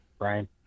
Brian